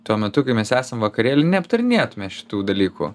tuo metu kai mes esam vakarėly neaptarinėtume šitų dalykų